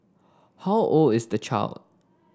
how old is the child